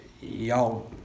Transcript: y'all